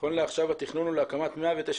נכון לעכשיו התכנון הוא להקמת 109